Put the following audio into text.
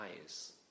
eyes